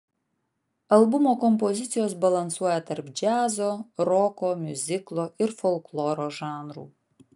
albumo kompozicijos balansuoja tarp džiazo roko miuziklo ir folkloro žanrų